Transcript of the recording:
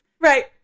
right